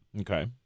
Okay